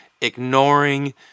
ignoring